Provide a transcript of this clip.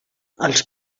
als